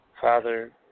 Father